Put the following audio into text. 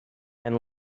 and